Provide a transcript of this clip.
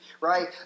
right